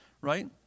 right